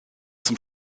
zum